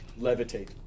levitate